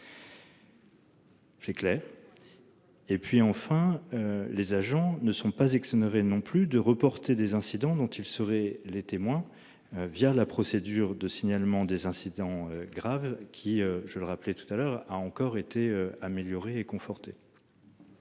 C'est clair. Et puis enfin. Les agents ne sont pas et que ce n'avait non plus de reporter des incidents dont ils seraient les témoins. Via la procédure de signalement des incidents graves qui, je le rappelais tout à l'heure a encore été améliorée et conforter.